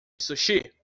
sushi